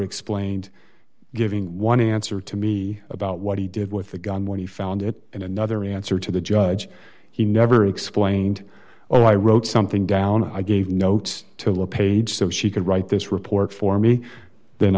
explained giving one answer to me about what he did with the gun when he found it in another answer to the judge he never explained well i wrote something down i gave notes to le page so she could write this report for me then